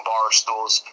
Barstool's